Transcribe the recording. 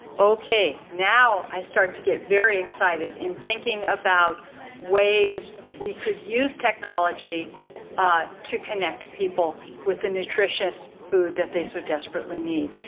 ok, now i start to get very excited in thinking about ways we could use technology to connect people with the nutritious food that they so desperately need.